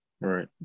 Right